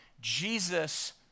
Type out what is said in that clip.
Jesus